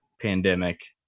pandemic